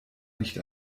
nicht